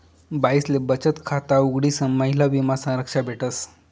बाईसले बचत खाता उघडीसन महिला विमा संरक्षा भेटस